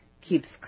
keeps